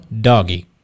doggy